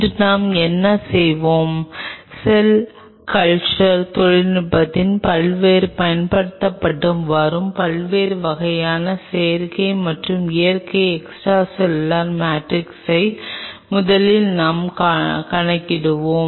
இன்று நாம் என்ன செய்வோம் செல் கல்ச்சர் தொழில்நுட்பத்தில் தற்போது பயன்படுத்தப்பட்டு வரும் பல்வேறு வகையான செயற்கை மற்றும் இயற்கை எக்ஸ்ட்ராசெல்லுலர் மேட்ரிக்ஸை முதலில் நாம் கணக்கிடுவோம்